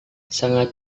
sangat